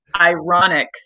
Ironic